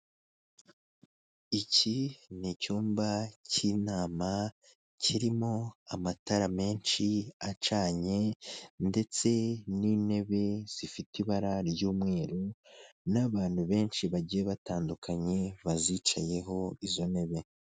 Iki ni icyumba cy'inama kirimo amatara menshi acanye ndetse n'intebe zifite ibara ry'umweru n'abantu benshi bagiye batandukanye bazicayeho izo ntebe.